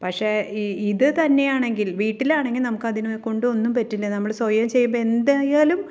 പക്ഷെ ഇത് തന്നെയാണെങ്കിൽ വീട്ടിലാണെങ്കിൽ നമുക്ക് അതിനെക്കൊണ്ട് ഒന്നും പറ്റില്ല നമ്മൾ സ്വയം ചെയ്യുമ്പോൾ എന്തായാലും